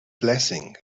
blessing